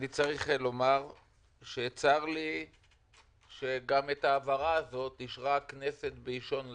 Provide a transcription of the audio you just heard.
צריך לומר שצר לי שגם את ההעברה הזאת אישרה הכנסת באישון לילה,